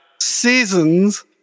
seasons